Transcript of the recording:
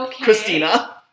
Christina